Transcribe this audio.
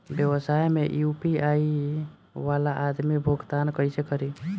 व्यवसाय में यू.पी.आई वाला आदमी भुगतान कइसे करीं?